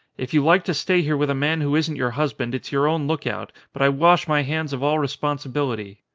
if you like to stay here with a man who isn't your husband it's your own look out, but i wash my hands of all responsibility.